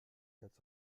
quatre